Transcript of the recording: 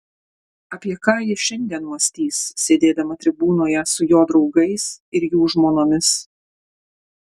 apie ką ji šiandien mąstys sėdėdama tribūnoje su jo draugais ir jų žmonomis